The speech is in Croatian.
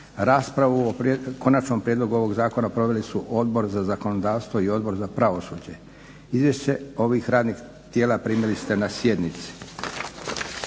Raspravu o konačnom prijedlogu ovog zakona proveli su Odbor za zakonodavstvo i Odbor za pravosuđe. Izvješća ovih radnih tijela primili ste na sjednici.